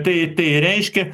tai tai reiškia